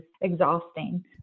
exhausting